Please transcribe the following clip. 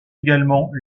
également